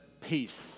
peace